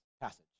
passage